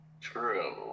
True